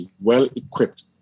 well-equipped